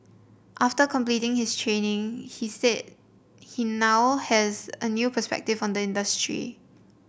after completing his training he said he now has a new perspective on the industry